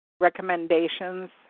recommendations